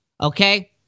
Okay